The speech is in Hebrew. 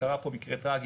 קרה פה מקרה טרגי,